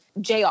Jr